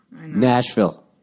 nashville